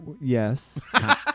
yes